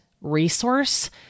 resource